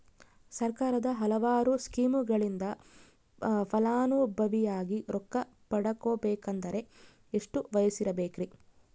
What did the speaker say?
ಸರ್ಕಾರದ ಹಲವಾರು ಸ್ಕೇಮುಗಳಿಂದ ಫಲಾನುಭವಿಯಾಗಿ ರೊಕ್ಕ ಪಡಕೊಬೇಕಂದರೆ ಎಷ್ಟು ವಯಸ್ಸಿರಬೇಕ್ರಿ?